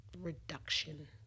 reduction